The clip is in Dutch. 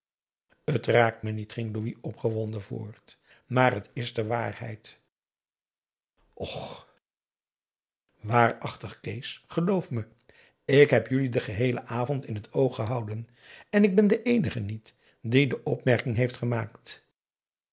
het raakt me niet ging louis opgewonden voort maar het is de waarheid och waarachtig kees geloof me ik heb jullie den geheelen avond in het oog gehouden en ik ben de eenige niet die de opmerking heeft gemaakt